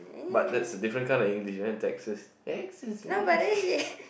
but that's a different kind of English right Texas Texas